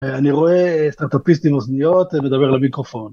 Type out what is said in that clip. אני רואה סטארטאפיסט עם אוזניות מדבר למיקרופון.